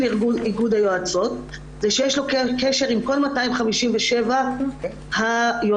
איגוד היועצות הוא שיש לו קשר עם כל 257 היועצות,